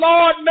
Lord